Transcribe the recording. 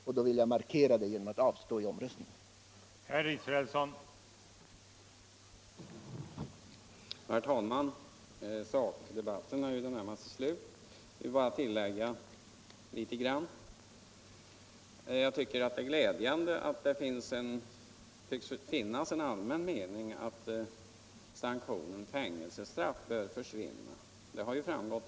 Detta vill jag markera genom att avstå från att rösta.